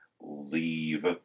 leave